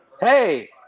Hey